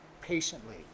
patiently